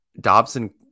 Dobson